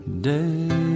day